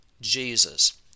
Jesus